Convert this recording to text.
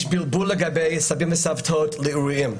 יש בלבול לגבי סבים, סבתות והורים.